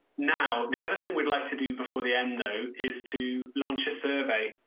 now the other thing would like to do before the end though, is to launch a survey.